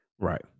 Right